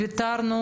ויתרנו